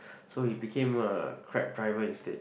so he became a Grab driver instead